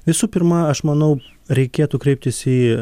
visų pirma aš manau reikėtų kreiptis į